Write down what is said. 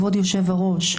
כבוד היושב-ראש,